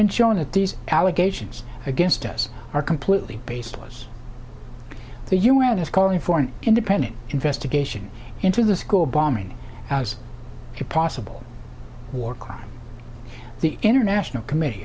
been shown that these allegations against us are completely baseless the u n is calling for an independent investigation into the school bombing for possible war crimes the international committee